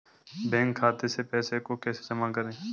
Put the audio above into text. Bank खाते से पैसे को कैसे जमा करें?